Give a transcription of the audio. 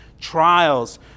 trials